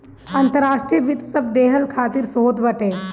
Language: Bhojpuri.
अंतर्राष्ट्रीय वित्त सब देसन खातिर होत बाटे